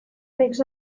makes